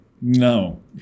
No